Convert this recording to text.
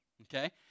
okay